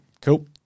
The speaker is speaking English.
cool